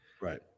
Right